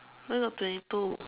only got twenty two